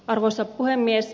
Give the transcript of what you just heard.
arvoisa puhemies